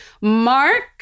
Mark